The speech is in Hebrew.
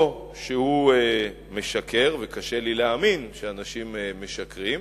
או שהוא משקר, וקשה לי להאמין שאנשים משקרים,